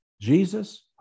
Jesus